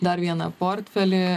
dar vieną portfelį